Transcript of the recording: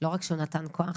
לא רק שהוא נתן כוח,